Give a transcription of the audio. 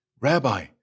Rabbi